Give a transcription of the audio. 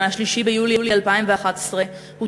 18. הם לא נמצאים, לא,